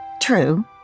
True